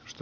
satu